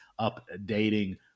updating